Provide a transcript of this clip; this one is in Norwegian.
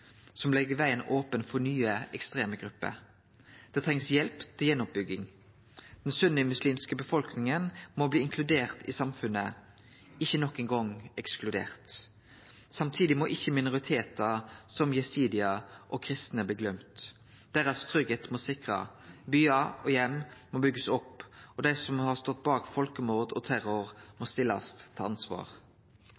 som legg vegen open for nye ekstreme grupper. Dei treng hjelp til å byggje opp att. Den sunnimuslimske befolkninga må bli inkludert i samfunnet, ikkje nok ein gong ekskludert. Samtidig må ikkje minoritetar, som yezidiane og dei kristne, bli gløymde. Deira tryggleik må bli sikra, byar og heimar må byggjast opp, og dei som har stått bak folkemord og terror, må